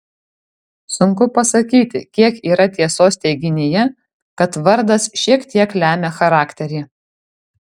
sunku pasakyti kiek yra tiesos teiginyje kad vardas šiek tiek lemia charakterį